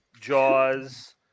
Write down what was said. Jaws